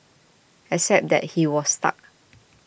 except that he was stuck